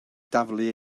daflu